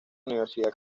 universidad